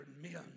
men